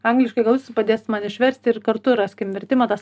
angliškai gal jūs padėsit man išversti ir kartu raskim vertimą ta